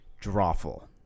Drawful